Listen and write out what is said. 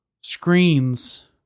screens